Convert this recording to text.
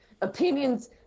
opinions